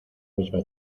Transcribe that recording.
misma